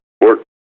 work